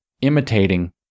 imitating